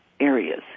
areas